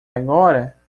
agora